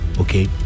Okay